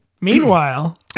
Meanwhile